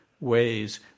ways